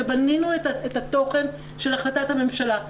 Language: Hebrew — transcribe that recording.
כשבנינו את התוכן של החלטת הממשלה,